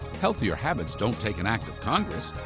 healthier habits don't take an act of congress,